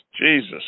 Jesus